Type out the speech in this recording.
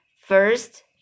first